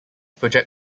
project